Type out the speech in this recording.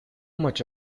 much